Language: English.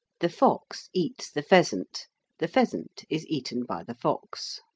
the fox eats the pheasant the pheasant is eaten by the fox.